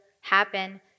happen